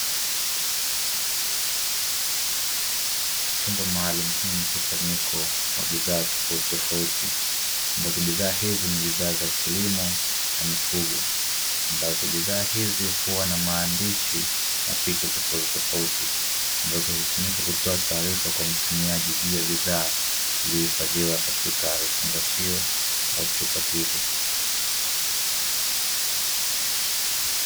Chumba maalumu chenye mkusanyiko wa bidhaa tofautitofauti ambazo bidhaa hizo ni za kilimo na mifugo. Ambazo bidhaa hizi huwa na maandishi na picha tofautitofauti, ambazo hutumika kutoa taarifa kwa mtumiaji juu ya bidhaa zilizohifadhiwa katika chupa hizo au vifungashio hivyo.